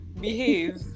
behave